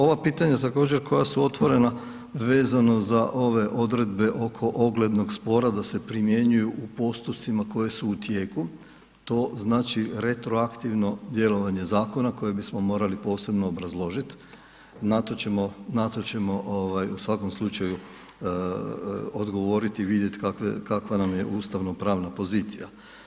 Ova pitanja također koja su otvorena, vezano za ove odredbe oko oglednog spora da se primjenjuju u postupcima koji su u tijeku, to znači retroaktivno djelovanje zakona koje bismo morali posebno obrazložit, na to ćemo u svakom slučaju odgovoriti, vidjeti kakva nam je ustavno-pravna pozicija.